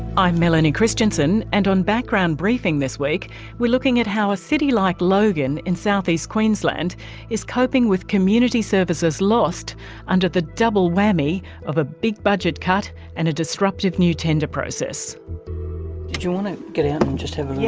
i'm melanie christiansen, and on background briefing this week we're looking at how a city like logan in south-east queensland is coping with community services lost under the double-whammy of a big budget cut and a disruptive new tender process. did you want to get out and just have yeah